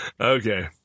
Okay